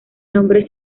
nombre